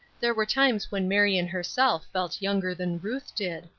there were times when marion herself felt younger than ruth did.